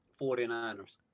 49ers